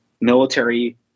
military